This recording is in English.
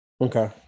Okay